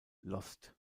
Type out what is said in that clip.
lost